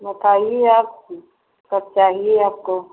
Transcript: बताइए आप कब चाहिए आपको